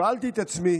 שאלתי את עצמי